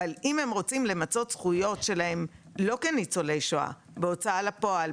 אבל אם הם רוצים למצות זכויות שלהם לא כניצולי שואה בהוצאה לפועל,